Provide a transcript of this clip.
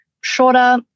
shorter